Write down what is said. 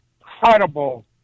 incredible